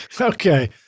okay